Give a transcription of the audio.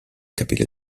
capire